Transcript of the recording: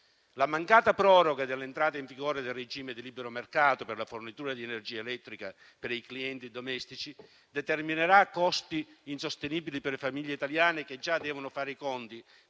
La mancata proroga dell'entrata in vigore del regime di libero mercato per la fornitura di energia elettrica per i clienti domestici determinerà costi insostenibili per le famiglie italiane, che già devono fare i conti